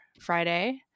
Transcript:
Friday